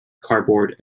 cardboard